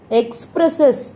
expresses